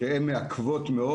שהן מעכבות מאוד.